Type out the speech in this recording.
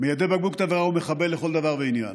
מיידה בקבוק תבערה הוא מחבל לכל דבר ועניין.